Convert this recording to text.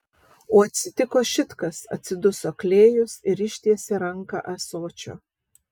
o atsitiko šit kas atsiduso klėjus ir ištiesė ranką ąsočio